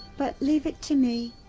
but leave it to me.